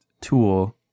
tool